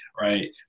right